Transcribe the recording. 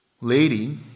Lady